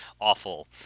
awful